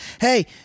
hey